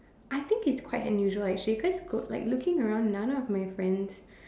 I think it's quite unusual actually because like go looking around none of my friends